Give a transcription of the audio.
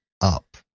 up